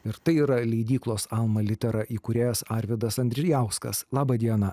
ir tai yra leidyklos alma litera įkūrėjas arvydas andrijauskas laba diena